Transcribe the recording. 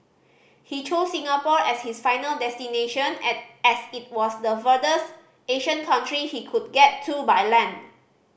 he chose Singapore as his final destination and as it was the furthest Asian country he could get to by land